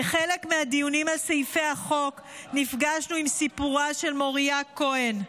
כחלק מהדיונים על סעיפי החוק נפגשנו עם סיפורה של מוריה כהן.